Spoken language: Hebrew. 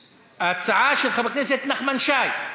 הצעה של חבר הכנסת נחמן שי.